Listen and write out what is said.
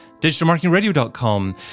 digitalmarketingradio.com